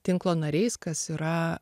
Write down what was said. tinklo nariais kas yra